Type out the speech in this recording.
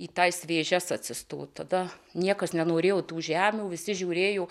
į tas vėžes atsistot tada niekas nenorėjo tų žemių visi žiūrėjo